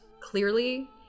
clearly